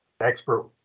expert